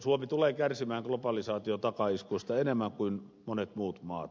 suomi tulee kärsimään globalisaation takaiskuista enemmän kuin monet muut maat